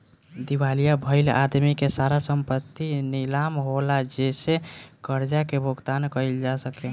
दिवालिया भईल आदमी के सारा संपत्ति नीलाम होला जेसे कर्जा के भुगतान कईल जा सके